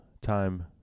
time